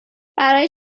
برای